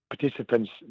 participants